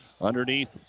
underneath